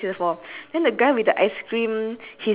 then the strawberries how many strawberries you have